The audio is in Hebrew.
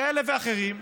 כאלה ואחרים,